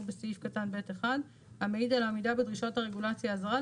בסעיף קטן ב(1) המעיד על העמידה בדרישות הרגולציה הזרה,